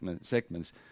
segments